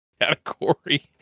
category